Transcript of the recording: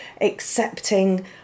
accepting